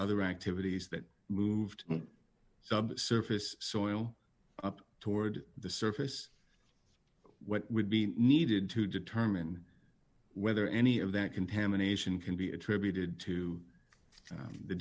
other activities that moved subsurface soil up toward the surface what would be needed to determine whether any of that contamination can be attributed to